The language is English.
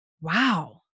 wow